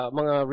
mga